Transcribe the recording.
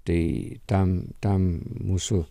tai tam tam mūsų